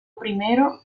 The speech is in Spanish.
primero